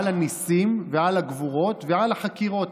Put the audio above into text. על הניסים, ועל הגבורות ועל החקירות.